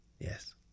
Yes